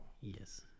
Yes